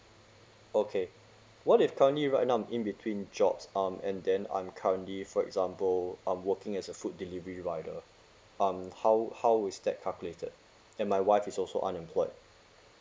okay what if currently right now I'm in between jobs um and then I'm currently for example um working as a food delivery rider um how how is that calculated and my wife is also unemployed